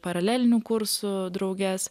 paralelinių kursų drauges